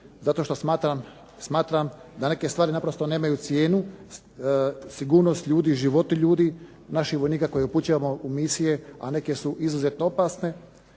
zato što smatram da neke stvari naprosto nemaju cijenu, sigurnost ljudi, životi ljudi, naših vojnika koje upućujemo u misije, a neke su izuzetno opasne,